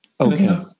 Okay